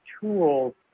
tools